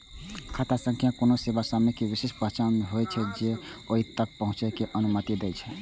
खाता संख्या कोनो सेवा स्वामी के विशिष्ट पहचान होइ छै, जे ओइ तक पहुंचै के अनुमति दै छै